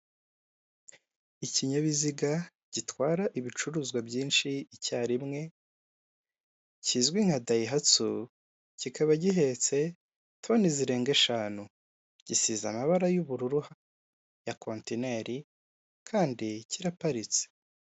Ikinyabiziga gitwara ibicuruzwa byinshi icyarimwe, kizwi nka dayihatsu, kikaba gihetse toni zirenga eshanu, gisize amabara y'ubururu ya kontineri kandi kiraparitse.